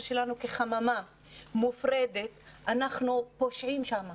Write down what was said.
שלנו כחממה מופרדת אז אנחנו פושעים שם,